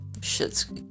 Shit's